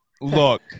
Look